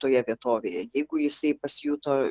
toje vietovėje jeigu jisai pasijuto